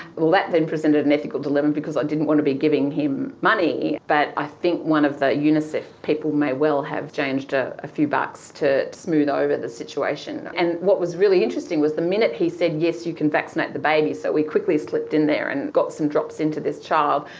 then presented an ethical dilemma because i didn't want to be giving him money, but i think one of the unicef people may well have given ah a few bucks to smooth over the situation. and what was really interesting was the minute he said yes, you can vaccinate the baby, so we quickly slipped in there and got some drops into this child,